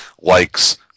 likes